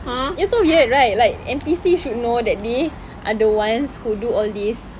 it's so weird right like N_P_C should know that they are the ones who do all this